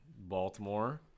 Baltimore